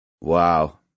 Wow